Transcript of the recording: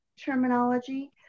terminology